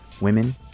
women